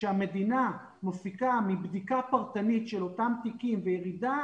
שהמדינה מפיקה מבדיקה פרטנית של אותם תיקים וירידה